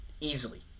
easily